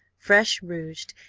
fresh rouged,